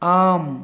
आम्